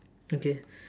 okay